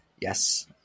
Yes